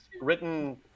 written